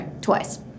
twice